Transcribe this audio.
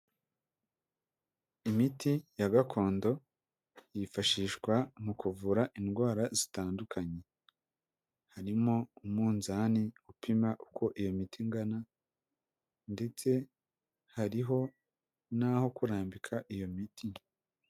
Imiti ya gakondo yifashishwa mu kuvura indwara zitandukanye harimo umunzani upima uko iyo miti ingana ndetse hariho n'aho kurambika iyo miti.